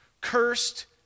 cursed